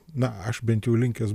na aš bent jau linkęs